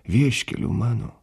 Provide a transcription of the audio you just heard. vieškelių mano